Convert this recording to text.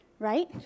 Right